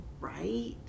right